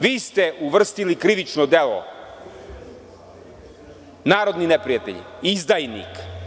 Vi ste uvrstili krivično delo - narodni neprijatelj, izdajnik.